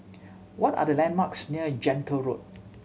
what are the landmarks near Gentle Road